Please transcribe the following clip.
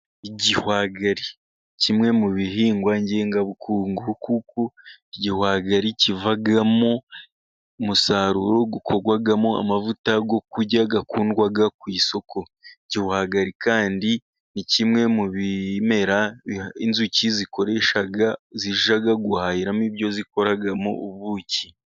igihwagari, kimwe mu bihingwa ngengabukungu, kuko igihwagari kivamo umusaruro ukorwamo amavuta yo kurya akundwa ku isoko. Igihwagari kandi ni kimwe mu bimera inzuki zikoresha zijya guhahiramo ibyo zikoramo ubuki.